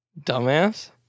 Dumbass